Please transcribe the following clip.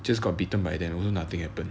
just got bitten by them also nothing happen